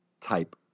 type